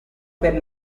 per